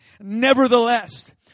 Nevertheless